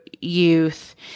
youth